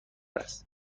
است